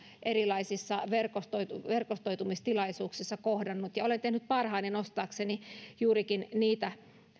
erilaisissa verkostoitumistilaisuuksissa kohdannut ja olen tehnyt parhaani nostaakseni juurikin niitä